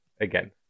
again